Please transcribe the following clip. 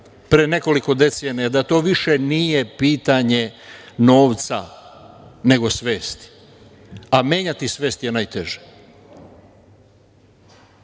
pre nekoliko decenija da to više nije pitanje novca, nego svesti, a menjati svest je najteže. Novo